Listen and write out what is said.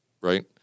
right